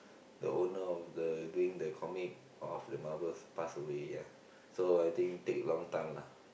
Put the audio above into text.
the owner of the doing the comic of the Marvel passed away ya so I think take long time lah